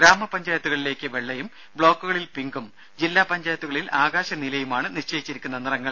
ഗ്രാമപഞ്ചായത്തുകളിലേക്ക് വെള്ളയും ബ്ലോക്കുകളിൽ പിങ്കും ജില്ലാ പഞ്ചായത്തുകളിൽ ആകാശ നീലയുമാണ് നിശ്ചയിച്ചിരിക്കുന്ന നിറങ്ങൾ